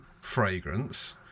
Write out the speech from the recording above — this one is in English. fragrance